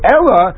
Ella